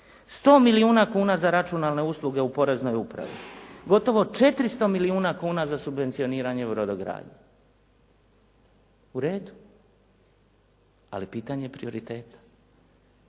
100 milijuna kuna za računalne usluge u poreznoj upravi, gotovo 400 milijuna kuna za subvencioniranje brodogradnje. U redu. Ali pitanje je prioriteta.